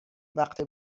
وقت